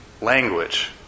language